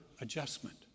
adjustment